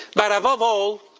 but above all,